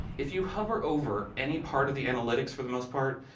if you hover over any part of the analytics for the most part,